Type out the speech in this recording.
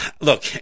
Look